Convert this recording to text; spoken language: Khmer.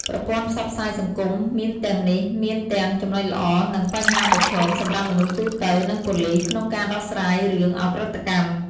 ប្រព័ន្ធផ្សព្វផ្សាយសង្គម មានទាំងនេះមានទាំង ចំណុចល្អ និង បញ្ហាប្រឈម សម្រាប់ មនុស្សទូទៅ និង ប៉ូលិស ក្នុងការដោះស្រាយរឿង ឧក្រិដ្ឋកម្ម។